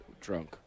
drunk